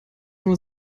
nur